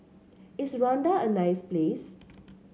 is Rwanda a nice place